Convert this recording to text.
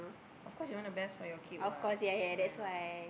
of course you want the best for your kids what right or not